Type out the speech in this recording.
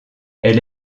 elle